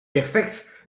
perfect